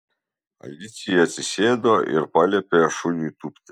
alicija atsisėdo ir paliepė šuniui tūpti